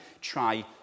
try